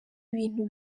ibintu